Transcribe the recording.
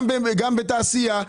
גם בתעשייה,